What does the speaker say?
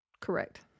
Correct